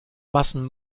massen